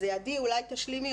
עדי, אולי תשלימי